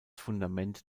fundament